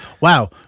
Wow